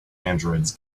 androids